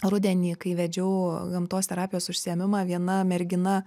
rudenį kai vedžiau gamtos terapijos užsiėmimą viena mergina